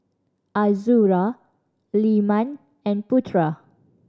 Azura Leman and Putera